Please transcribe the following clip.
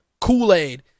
Kool-Aid